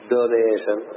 Donation